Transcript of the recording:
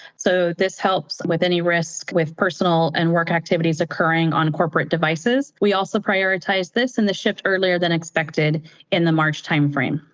so this helps with any risks with personal and work activities occurring on corporate devices. we also prioritize this in the shift earlier than expected in the march time frame.